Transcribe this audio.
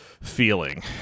feeling